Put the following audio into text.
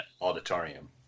auditorium